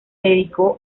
dedicó